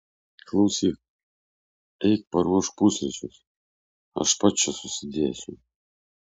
klausyk eik paruošk pusryčius aš pats čia susidėsiu